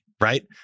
right